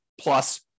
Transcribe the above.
plus